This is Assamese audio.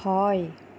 হয়